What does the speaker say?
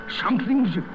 Something's